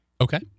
Okay